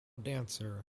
dancer